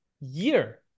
year